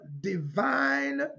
divine